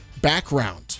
background